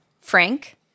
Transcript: Frank